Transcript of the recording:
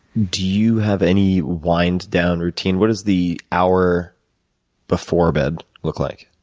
do you have any wind down routine? what does the hour before bed look like?